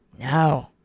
No